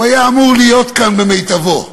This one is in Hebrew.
הוא היה אמור להיות כאן במיטבו,